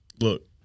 Look